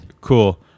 Cool